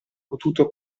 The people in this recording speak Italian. potuto